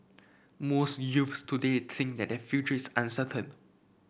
most youths today think that their future is uncertain